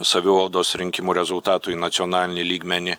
savivaldos rinkimų rezultatų į nacionalinį lygmenį